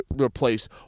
replace